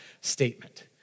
statement